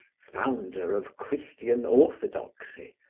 founder of christian orthodoxy,